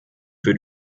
für